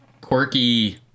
quirky